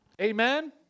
Amen